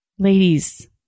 Ladies